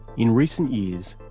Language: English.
in recent years,